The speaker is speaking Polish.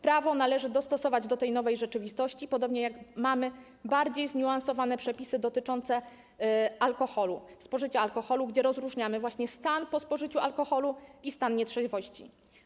Prawo należy dostosować do tej nowej rzeczywistości, podobnie jak mamy bardziej zniuansowane przepisy dotyczące spożycia alkoholu, gdzie rozróżniamy stan po spożyciu alkoholu i stan nietrzeźwości.